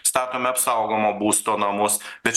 statome apsaugomo būsto namus bet